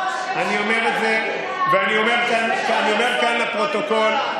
אני אומר את זה, ואני אומר כאן לפרוטוקול,